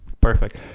perfect.